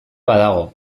badago